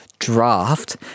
Draft